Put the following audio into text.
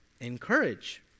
Encourage